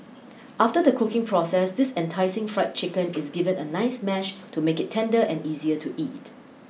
after the cooking process this enticing fried chicken is given a nice mash to make it tender and easier to eat